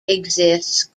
exists